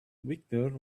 victor